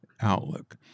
outlook